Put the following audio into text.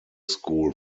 school